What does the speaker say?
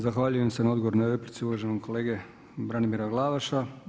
Zahvaljujem se na odgovoru na replici uvaženom kolegi Branimiru Glavašu.